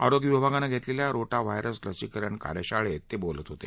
आरोग्य विभागानं घेतलेल्या रोटा व्हायरस लसीकरण कार्यशाळेते बोलत होते